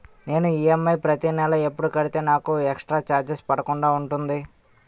నేను ఈ.ఎం.ఐ ప్రతి నెల ఎపుడు కడితే నాకు ఎక్స్ స్త్ర చార్జెస్ పడకుండా ఉంటుంది?